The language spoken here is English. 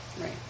Right